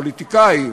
פוליטיקאי,